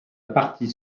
partie